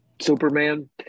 Superman